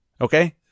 okay